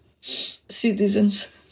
citizens